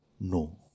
No